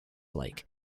like